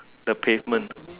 the pavement